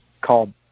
called